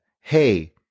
hey